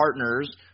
partners